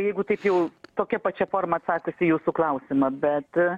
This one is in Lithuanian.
jeigu taip jau tokia pačia forma atsakius į jūsų klausimą bet